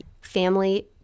family